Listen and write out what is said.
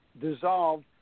dissolved